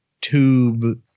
tube